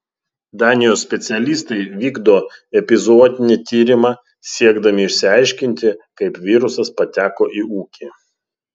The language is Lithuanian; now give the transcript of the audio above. danijos specialistai vykdo epizootinį tyrimą siekdami išsiaiškinti kaip virusas pateko į ūkį